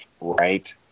right